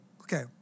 Okay